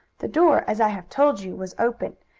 the door, as i have told you, was open,